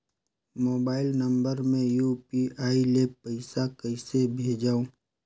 Mobile number मे UPI ले पइसा कइसे भेजवं?